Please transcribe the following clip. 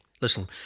listen